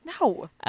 No